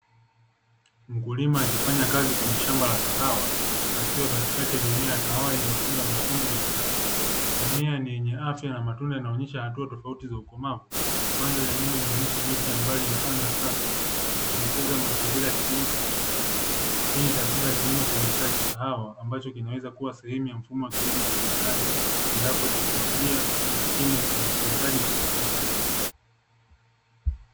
Mkulima akifanya kazi kwenye shamba la kahawa akiwa katikati ya mimea ya kahawa yenye matunda mekundu na njano, mimea ni yenye afya na matunda inaonyesha hatua tofauti za ukomavu, mandhari ya nyuma inaonyesha miti ya mbali na anga safi ikielekeza mazingira ya kilimo cha mashambani. Hii taswira ya kilimo cha biashara cha kahawa ambacho kinaweza kuwa sehemu ya mfumo wa kilimo cha viwandani endapo teknolojia, mashine na usindikaji vitatumika.